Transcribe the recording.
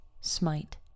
Smite